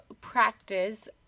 practice